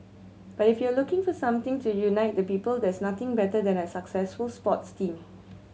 but if you're looking for something to unite the people there's nothing better than a successful sports team